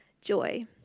Joy